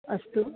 अस्तु